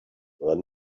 were